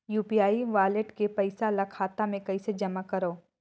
UPI wallet के पईसा ल खाता मे कइसे जमा करव?